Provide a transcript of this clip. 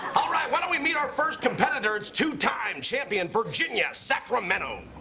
all right. why don't we meet our first competitor? it's two-time champion virginia sacramento.